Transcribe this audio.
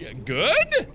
good?